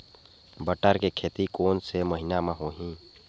बटर के खेती कोन से महिना म होही?